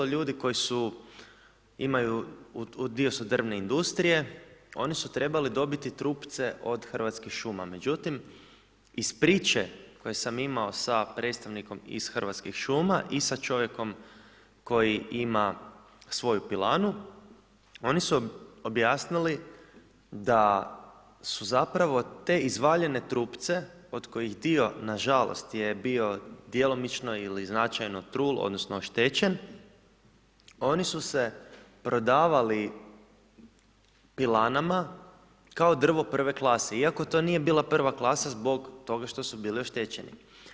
Ljudi koji su, imaju, dio su drvne industrije oni su trebali dobiti trupce od Hrvatskih šuma, međutim iz priče koju sam imao sa predstavnikom iz Hrvatskih šuma i sa čovjekom koji ima svoju pilanu oni su objasnili da su zapravo te izvaljene trupce od kojih dio nažalost je bio djelomično ili značajno trul, odnosno oštećen, oni su prodavali pilanama, kao drvo I. klase iako to nije bila prva klasa zbog toga što su bili oštećeni.